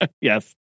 Yes